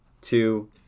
two